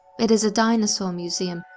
it is a dinosaur museum,